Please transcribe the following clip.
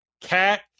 Cat